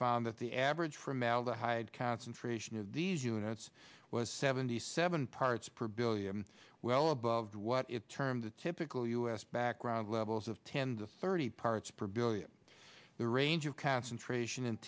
found that the average formaldehyde concentration in these units was seventy seven parts per billion well above what it termed a typical us background levels of ten to thirty parts per billion the range of concentration